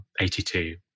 82